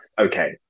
okay